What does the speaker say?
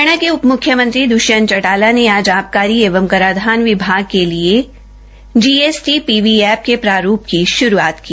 हरियाणा के उप मुख्यमंत्री दृष्यंत चौटाला ने आज आबकारी एवं कराधान विभाग के लिए जीएसटी पीवी ऐ पके प्रारूप की शुरूआत की